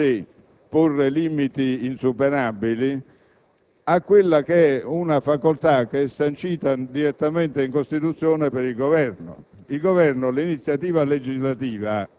non può ovviamente porre limiti insuperabili ad una facoltà che è sancita direttamente in Costituzione per il Governo.